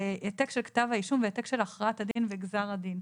העתק של כתב האישום והעתק של הכרעת הדין וגזר הדין.